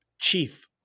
chief –